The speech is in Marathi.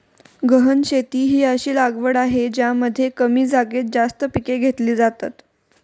गहन शेती ही अशी लागवड आहे ज्यामध्ये कमी जागेत जास्त पिके घेतली जातात